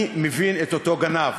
אני מבין את אותו גנב.